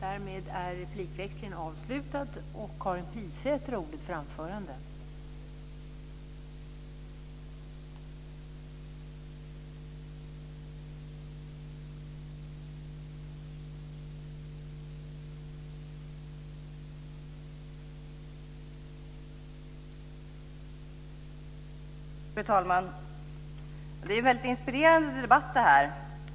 Fru talman! Det här är en väldigt inspirerande debatt.